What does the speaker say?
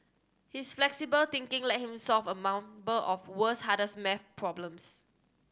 his flexible thinking led him solve a number of world's hardest maths problems